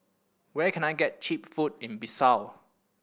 where can I get cheap food in Bissau